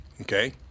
okay